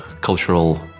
cultural